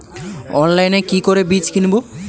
অনলাইনে কি করে বীজ কিনব?